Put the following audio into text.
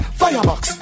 firebox